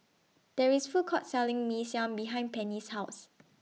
There IS A Food Court Selling Mee Siam behind Penny's House